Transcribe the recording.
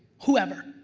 whoever,